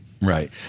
right